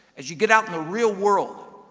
as you get out in the real world,